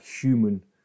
human